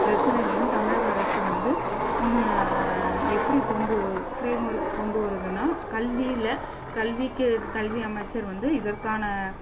பிரச்சனைகளும் தமிழக அரசு வந்து எப்படி கொண்டு ஃப்ரேம் ஒர்க் கொண்டு வருதுன்னா கல்வியில் கல்விக்கே இது கல்வி அமைச்சர் வந்து இதற்கான